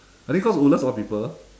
I think cause woodlands a lot of people